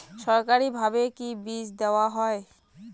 সরকারিভাবে কি বীজ দেওয়া হয়?